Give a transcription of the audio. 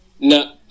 No